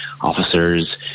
officers